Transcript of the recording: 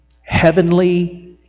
heavenly